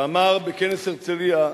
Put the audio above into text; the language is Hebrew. שאמר בכנס הרצלייה,